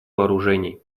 вооружений